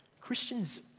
Christians